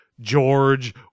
George